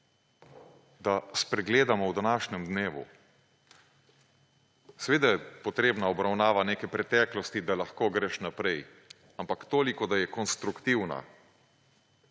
da spregledamo v današnjem dnevu. Seveda je potrebna obravnava neke preteklosti, da lahko greš naprej, ampak toliko, da je konstruktivna,